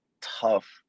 tough